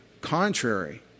contrary